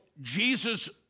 Jesus